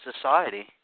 society